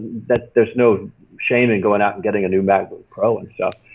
there's no shame in and going out and getting a new macbook pro and stuff.